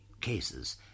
cases